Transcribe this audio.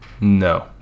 no